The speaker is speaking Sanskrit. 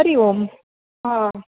हरि ओम् आ